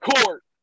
court